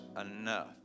enough